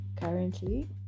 currently